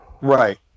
Right